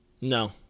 No